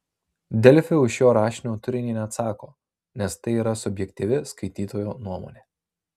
delfi už šio rašinio turinį neatsako nes tai yra subjektyvi skaitytojo nuomonė